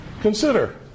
Consider